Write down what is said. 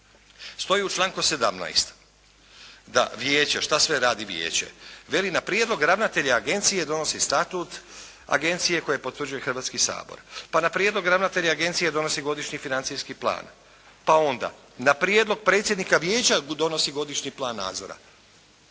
Stoji u članku 17. da vijeće, šta sve radi. Veli na prijedlog ravnatelja agencije donosi statut agencije koji potvrđuje Sabor, pa na prijedlog ravnatelja agencija donosi godišnji financijski plan. Pa onda, na prijedlog predsjednika vijeća donosi godišnji plan nadzora.